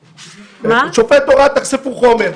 שופט הורה לחשוף חומר.